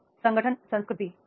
अब संगठन संस्कृति